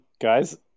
guys